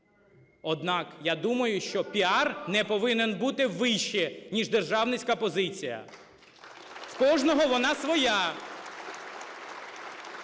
Однак, я думаю, що піар не повинен бути вище ніж державницька позиція. (Оплески) У кожного вона своя.